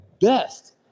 best